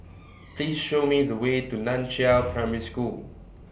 Please Show Me The Way to NAN Chiau Primary School